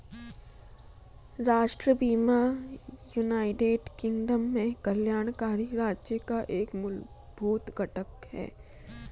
राष्ट्रीय बीमा United Kingdom में कल्याणकारी राज्य का एक मूलभूत घटक है